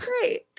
great